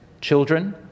children